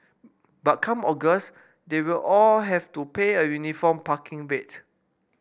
but come August they will all have to pay a uniform parking rate